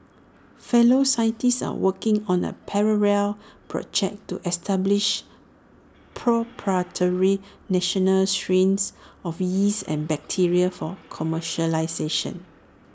fellow scientists are working on A parallel project to establish proprietary national strains of yeast and bacteria for commercialisation